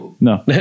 no